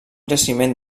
jaciment